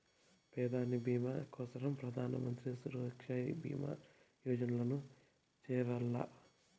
పెదాని బీమా కోసరం ప్రధానమంత్రి సురక్ష బీమా యోజనల్ల చేరాల్ల